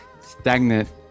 stagnant